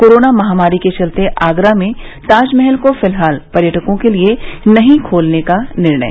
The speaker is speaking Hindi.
कोरोना महामारी के चलते आगरा में ताजमहल को फिलहाल पर्यटकों के लिए नहीं खोलने का निर्णय